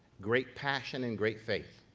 great passion, and great faith.